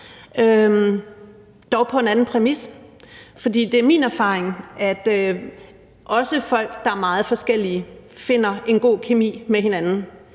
dog på en anden præmis. For det er min erfaring, at også folk, der er meget forskellige, finder en god kemi med hinanden.